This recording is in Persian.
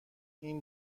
این